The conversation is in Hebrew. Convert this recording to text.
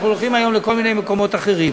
אנחנו הולכים היום לכל מיני מקומות אחרים.